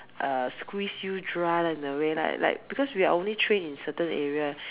uh squeeze you dry in a way like like because we're only trained in a certain area